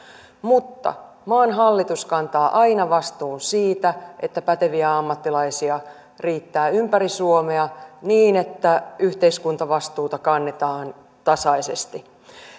mutta maan hallitus kantaa aina vastuun siitä että päteviä ammattilaisia riittää ympäri suomea niin että yhteiskuntavastuuta kannetaan tasaisesti